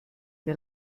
der